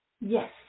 yes